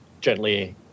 gently